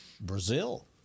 Brazil